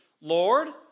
Lord